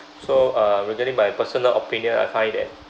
so uh regarding my personal opinion I find that